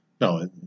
No